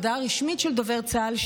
הודעה רשמית של דובר צה"ל,